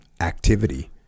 activity